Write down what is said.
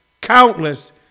Countless